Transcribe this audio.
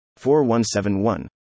4171